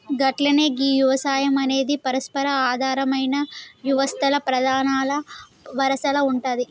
గట్లనే గీ యవసాయం అనేది పరస్పర ఆధారమైన యవస్తల్ల ప్రధానల వరసల ఉంటాది